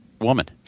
woman